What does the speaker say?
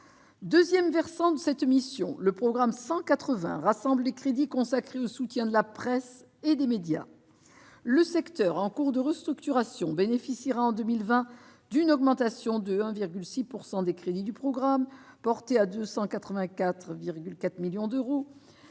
Deuxième versant de cette mission, le programme 180 regroupe les crédits consacrés au soutien de la presse et des médias. Le secteur, en cours de restructuration, bénéficiera l'année prochaine d'une augmentation de 1,6 % des crédits du programme, portés à 284,4 millions d'euros.